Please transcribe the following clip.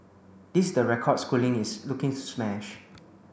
this is the record Schooling is looking to smash